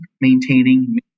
maintaining